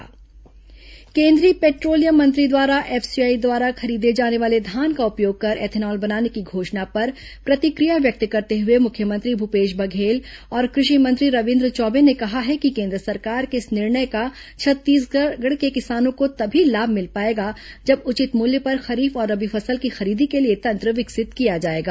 मुख्यमंत्री प्रेसवार्ता केंद्रीय पेट्रोलियम मंत्री द्वारा एफसीआई द्वारा खरीदे जाने वाले धान का उपयोग कर एथेनॉल बनाने की घोषणा पर प्रतिक्रिया व्यक्त करते हुए मुख्यमंत्री भूपेश बघेल और कृषि मंत्री रविन्द्र चौबे ने कहा है कि केन्द्र सरकार के इस निर्णय का छत्तीसगढ़ के किसानों को तभी लाभ मिल पाएगा जब उचित मूल्य पर खरीफ और रबी फसल की खरीदी के लिए तंत्र विकसित किया जाएगा